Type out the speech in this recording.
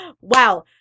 Wow